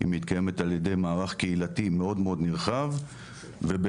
היא מתקיימת על ידי מערך קהילתי מאוד נרחב ובהתאם